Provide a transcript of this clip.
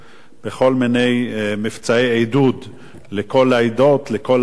בכל מיני מבצעי עידוד לכל העדות, לכל הדתות.